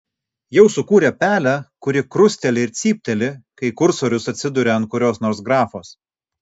jau sukūrė pelę kuri krusteli ir cypteli kai kursorius atsiduria ant kurios nors grafos